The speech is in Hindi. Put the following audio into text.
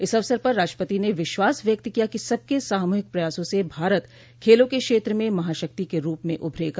इस अवसर पर राष्ट्रपति ने विश्वास व्यक्त किया कि सबके सामूहिक प्रयासों से भारत खेलों के क्षेत्र में महाशक्ति के रूप में उभरेगा